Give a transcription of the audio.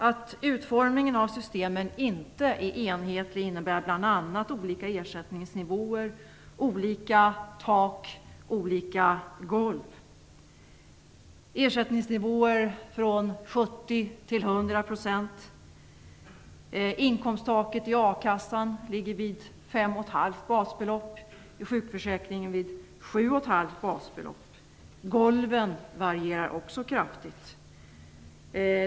Att utformningen av systemen inte är enhetlig innebär bl.a. olika ersättningsnivåer, olika tak och olika golv. Ersättningsnivåerna varierar från 70 % till 100 %. Inkomsttaket i a-kassan ligger vid 5,5 basbelopp och i sjukförsäkringen vid 7,5 basbelopp. Golven varierar också kraftigt.